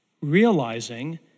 Realizing